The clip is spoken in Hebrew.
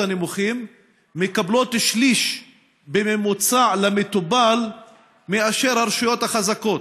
הנמוכים מקבלות שליש בממוצע למטופל מאשר הרשויות החזקות.